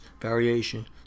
variation